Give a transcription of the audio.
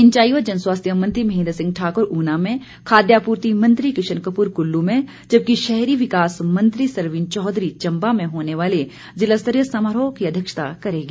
सिंचाई व जनस्वास्थ्य मंत्री महेन्द्र सिंह ठाकुर ऊना में खाद्य आपूर्ति मंत्री किश्न कपूर क्ल्लू में जबकि शहरी विकास मंत्री सरवीण चौधरी चम्बा में होने वाले जिला स्तरीय समारोह की अध्यक्षता करेंगी